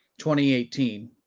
2018